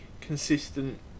consistent